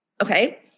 Okay